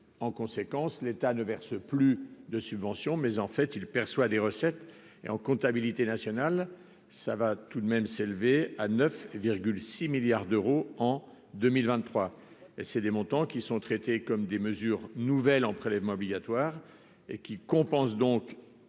en conséquence, l'État ne verse plus de subventions, mais en fait il perçoit des recettes et en comptabilité nationale, ça va tout de même s'élever à 9 6 milliards d'euros en 2023 et c'est des montants qui sont traités comme des mesures nouvelles en prélèvement obligatoire et qui compense donc